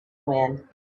wind